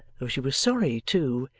though she was sorry too,